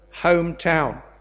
hometown